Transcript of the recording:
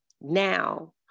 now